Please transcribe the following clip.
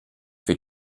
für